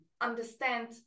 understand